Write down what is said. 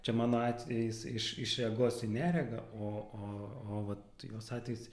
čia mano atvejis iš iš regos į neregą o o o vat jos atvejis